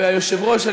והיושב-ראש,